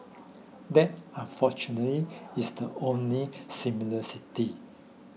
that unfortunately is the only